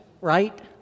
right